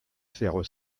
faire